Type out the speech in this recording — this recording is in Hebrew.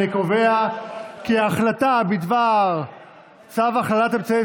אני קובע כי ההחלטה בדבר צו הכללת אמצעי